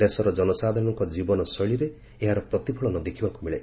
ଦେଶର ଜନସାଧାରଣଙ୍କ ଜୀବନଶୈଳୀରେ ଏହାର ପ୍ରତିଫଳନ ଦେଖିବାକୁ ମିଳେ